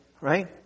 right